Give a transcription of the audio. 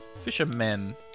Fishermen